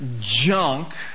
junk